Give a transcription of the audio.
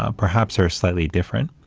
ah perhaps are slightly different,